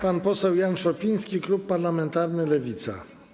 Pan poseł Jan Szopiński, klub parlamentarny Lewica.